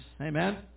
Amen